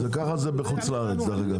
ככה זה בחוץ לארץ, דרך אגב.